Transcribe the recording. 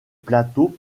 plateaux